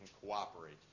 cooperate